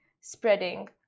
spreading